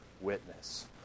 witness